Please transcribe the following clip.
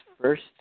first